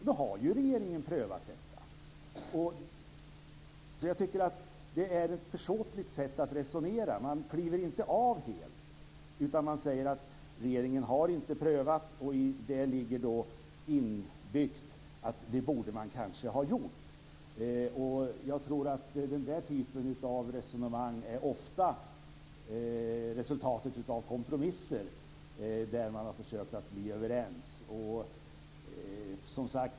Då har ju regeringen prövat detta. Jag tycker att det är ett försåtligt sätt att resonera. Man kliver inte av helt, utan man säger att regeringen har inte prövat. I det ligger då inbyggt att det borde den kanske ha gjort. Den där typen av resonemang tror jag ofta är resultatet av kompromisser där man har försökt att bli överens.